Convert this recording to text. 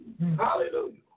Hallelujah